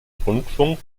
rundfunk